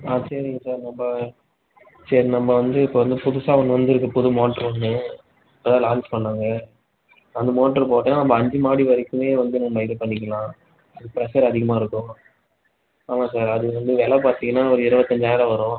ஆ சரிங்க சார் நம்ம சரி நம்ம வந்து இப்போ வந்து புதுசாக ஒன்று வந்துருக்கு புது மோட்டரு இப்போ தான் லான்ச் பண்ணாங்க அந்த மோட்டர் போட்டால் நம்ம அஞ்சு மாடி வரைக்குமே வந்து நம்ம இது பண்ணிக்கலாம் அது பிரஷர் அதிகமாக இருக்கும் ஆமாம் சார் அது வந்து விலை பார்த்தீங்கனா ஒரு இருபத்தஞ்சாயிரம் வரும்